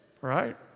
Right